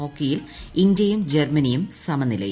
ഹോക്കിയിൽ ഇന്ത്യയും ജർമ്മനിയും സമനിലയിൽ